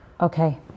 Okay